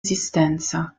esistenza